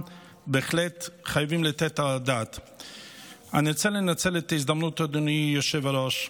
תודה רבה, אדוני היושב בראש.